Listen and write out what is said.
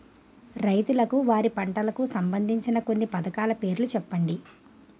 రైతులకు వారి పంటలకు సంబందించిన కొన్ని పథకాల పేర్లు చెప్పండి?